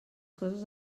coses